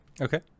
okay